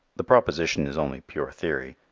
the proposition is only pure theory.